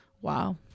Wow